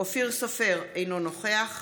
אופיר סופר, אינו נוכח